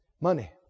money